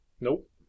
Nope